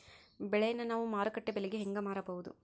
ಬೆಳೆಯನ್ನ ನಾವು ಮಾರುಕಟ್ಟೆ ಬೆಲೆಗೆ ಹೆಂಗೆ ಮಾರಬಹುದು?